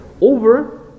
over